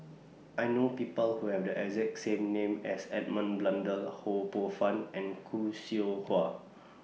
I know People Who Have The exact name as Edmund Blundell Ho Poh Fun and Khoo Seow Hwa